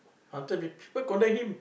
after people condemn him